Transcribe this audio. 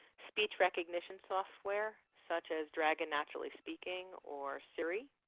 speech recognition software such as dragon naturallyspeaking or siri.